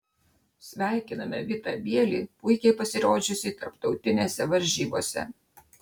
sveikiname vitą bielį puikiai pasirodžiusį tarptautinėse varžybose